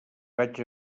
vaig